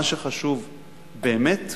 מה שחשוב באמת,